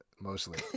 mostly